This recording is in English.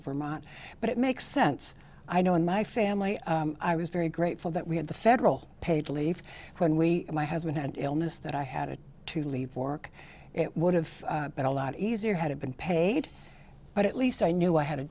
of vermont but it makes sense i know in my family i was very grateful that we had the federal paid leave when we my husband had illness that i had to leave work it would have been a lot easier had it been paid but at least i knew i had a